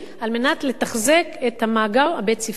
על מנת לתחזק את המאגר הבית-ספרי.